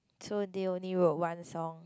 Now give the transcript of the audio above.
so they only wrote one song